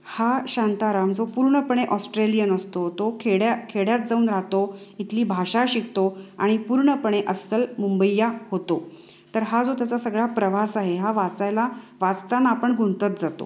हा शांताराम जो पूर्णपणे ऑस्ट्रेलियन असतो तो खेड्या खेड्यात जाऊन राहतो इथली भाषा शिकतो आणि पूर्णपणे अस्सल मुंबईय्या होतो तर हा जो त्याचा सगळा प्रवास आहे हा वाचायला वाचताना आपण गुंतत जातो